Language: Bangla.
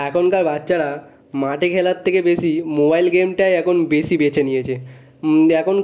এখনকার বাচ্চারা মাঠে খেলার থেকে বেশি মোবাইল গেমটাই এখন বেশি বেছে নিয়েছে এখন